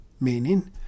meaning